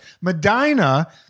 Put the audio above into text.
Medina